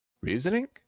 Reasoning